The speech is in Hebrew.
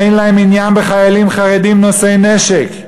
אין להם עניין בחיילים חרדים נושאי נשק.